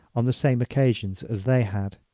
on the same occasions as they had.